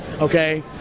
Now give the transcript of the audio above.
okay